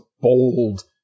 bold